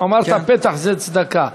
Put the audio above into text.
אמרת "פתח" זה צדקה.